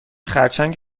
خرچنگ